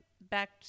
back